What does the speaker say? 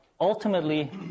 ultimately